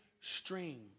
stream